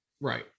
Right